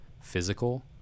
physical